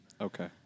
Okay